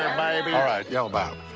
um baby. all right, y'all bow.